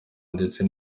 ndetse